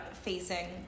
facing